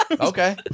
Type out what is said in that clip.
Okay